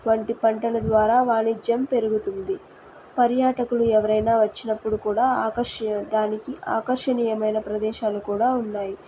వంటి పంటల ద్వారా వాణిజ్యం పెరుగుతుంది పర్యాటకులు ఎవరైనా వచ్చినప్పుడు కూడా ఆకర్ష దానికి ఆకర్షణీయమైన ప్రదేశాలు కూడా ఉన్నాయి